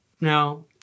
no